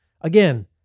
Again